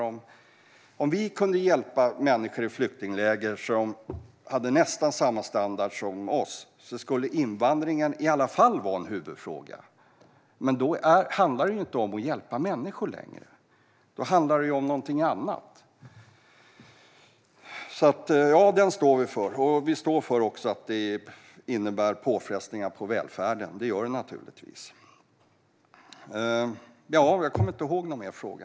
Om vi kunde hjälpa människor i flyktingläger som hade nästan samma standard som vi har skulle invandringen i alla fall vara en huvudfråga. Men då handlar det inte längre om att hjälpa människor. Då handlar det om någonting annat. Vi står för vår politik, och vi står för att invandringen innebär påfrestningar på välfärden. Det gör den naturligtvis. Jag kommer inte ihåg någon mer fråga.